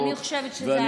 אני חושבת שזה עדיף.